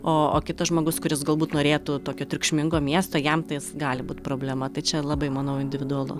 o o kitas žmogus kuris galbūt norėtų tokio triukšmingo miesto jam tai s gali būt problema tai čia labai manau individualu